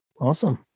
Awesome